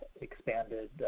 expanded